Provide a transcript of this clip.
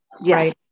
yes